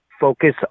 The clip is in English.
Focus